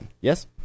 Yes